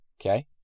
okay